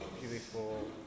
beautiful